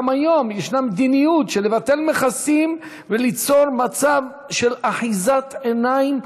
גם היום יש מדיניות של ביטול מכסים ויצירת מצב של אחיזת עיניים.